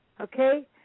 Okay